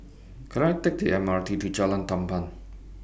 Can I Take The M R T to Jalan Tamban